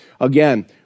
Again